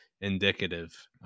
indicative